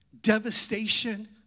devastation